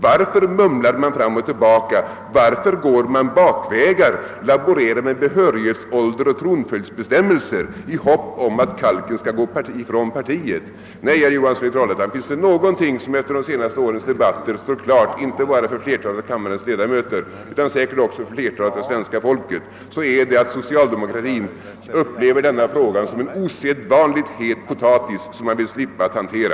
Varför mumlar man fram och tillbaka? Varför går man bakvägar och laborerar med behörighetsålder och tronföljdsbestämmelser i hopp om att kalken skall gå ifrån partiet? Nej, herr Johansson i Trollhättan, är det någonting som efter de senaste årens debatter står klart inte bara för flertalet av kammarens ledamöter utan säkerligen också för flertalet av svenska folket, så är det att socialdemokratin upplever denna fråga som en osedvanligt het potatis, som man vill slippa hantera.